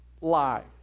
lie